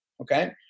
Okay